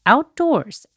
Outdoors